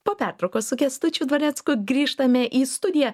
po pertraukos su kęstučiu dvarecku grįžtame į studiją